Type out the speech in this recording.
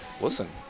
listen